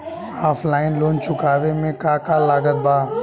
Offline loan चुकावे म का का लागत बा?